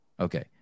Okay